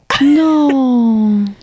no